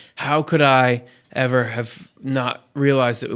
how could i ever have not realized,